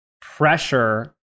pressure